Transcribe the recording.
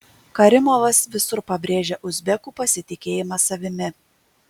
karimovas visur pabrėžia uzbekų pasitikėjimą savimi